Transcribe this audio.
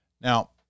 Now